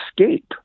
escape